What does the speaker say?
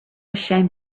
ashamed